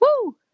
Woo